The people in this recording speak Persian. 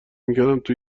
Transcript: میکردم، تو